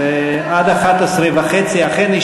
אכן,